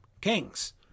kings